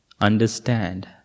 understand